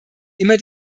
immer